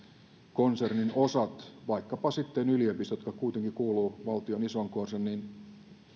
konsernin osien vaikkapa yliopistojen jotka kuitenkin kuuluvat valtion isoon konserniin